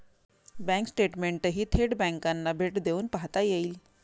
bank स्टेटमेंटही थेट बँकांना भेट देऊन पाहता येईल